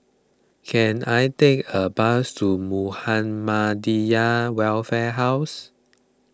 can I take a bus to Muhammadiyah Welfare House